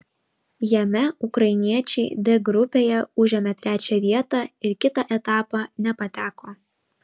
jame ukrainiečiai d grupėje užėmė trečią vietą ir kitą etapą nepateko